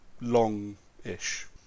long-ish